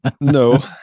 No